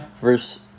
verse